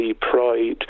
pride